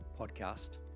podcast